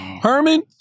Herman